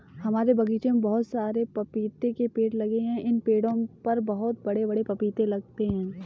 हमारे बगीचे में बहुत सारे पपीते के पेड़ लगे हैं इन पेड़ों पर बहुत बड़े बड़े पपीते लगते हैं